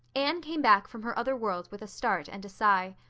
anne came back from her other world with a start and a sigh.